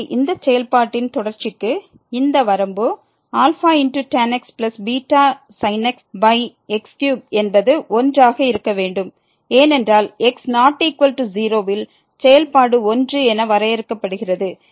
எனவே இந்த செயல்பாட்டின் தொடர்ச்சிக்கு இந்த வரம்பு tan x βsin x x3 என்பது 1 ஆக இருக்க வேண்டும் ஏனென்றால் x≠0 இல் செயல்பாடு 1 என வரையறுக்கப்படுகிறது